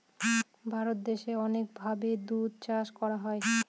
ভারত দেশে অনেক ভাবে দুধ চাষ করা হয়